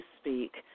speak